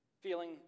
Feeling